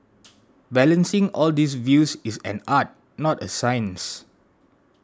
balancing all these views is an art not a science